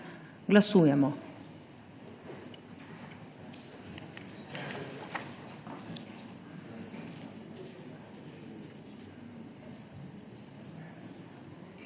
Glasujemo.